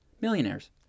millionaires